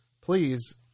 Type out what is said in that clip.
please